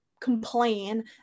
complain